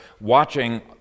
watching